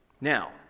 Now